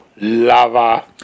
Lava